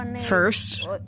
First